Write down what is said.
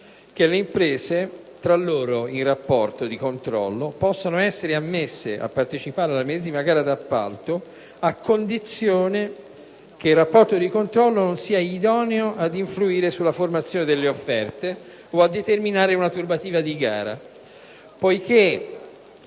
che le imprese tra loro in rapporto di controllo possono essere ammesse a partecipare alla medesima gara di appalto a condizione che il rapporto di controllo non sia idoneo ad influire sulla formazione delle offerte o a determinare una turbativa di gara. Poiché